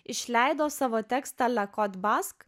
išleido savo tekstą la kod bask